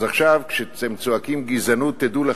אז עכשיו, כשאתם צועקים "גזענות", תדעו לכם,